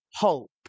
hope